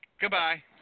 Goodbye